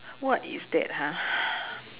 what is that !huh!